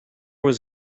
was